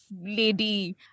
lady